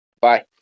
Bye